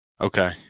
okay